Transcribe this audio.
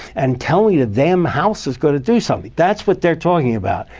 and tell me the damn house is going to do something. that's what they're talking about.